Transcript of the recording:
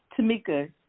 Tamika